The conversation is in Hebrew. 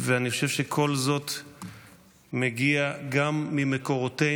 אני חושב שכל זה מגיע גם ממקורותינו.